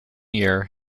year